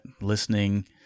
Listening